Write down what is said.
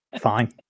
fine